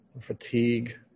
fatigue